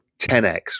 10x